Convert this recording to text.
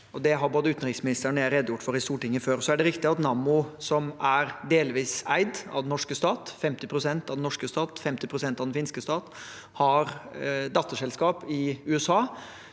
Det har både utenriksministeren og jeg redegjort for i Stortinget før. Så er det riktig at Nammo, som er delvis eid av den norske stat – 50 pst. av den norske stat, 50 pst. av finske Patria – har datterselskap i USA